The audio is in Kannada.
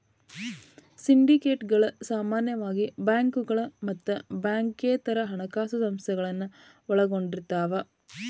ಸಿಂಡಿಕೇಟ್ಗಳ ಸಾಮಾನ್ಯವಾಗಿ ಬ್ಯಾಂಕುಗಳ ಮತ್ತ ಬ್ಯಾಂಕೇತರ ಹಣಕಾಸ ಸಂಸ್ಥೆಗಳನ್ನ ಒಳಗೊಂಡಿರ್ತವ